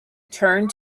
turned